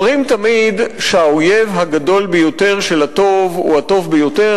אומרים שהאויב הגדול ביותר של הטוב הוא הטוב ביותר,